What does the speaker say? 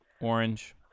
Orange